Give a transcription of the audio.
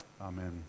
Amen